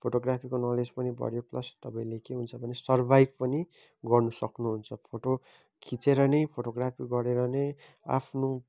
फोटोग्राफीको नलेज पनि बढ्यो प्लस तपाईँले के हुन्छ भने सर्भाइभ पनि गर्न सक्नुहुन्छ फोटो खिचेर नै फोटोग्राफी गरेर नै आफ्नो